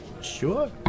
sure